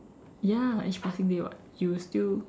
ya each passing day [what] you'll still